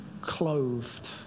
clothed